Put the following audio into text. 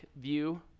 view